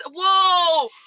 Whoa